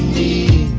the